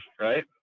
Right